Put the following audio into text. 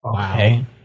Okay